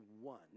one